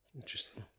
Interesting